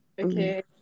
Okay